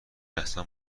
اصلا